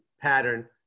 pattern